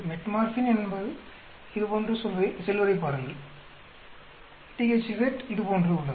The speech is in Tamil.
மெட்ஃபோர்மின் இதுபோன்று செல்வதைப் பாருங்கள் THZ இது போன்றது உள்ளது